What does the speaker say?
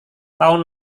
tahun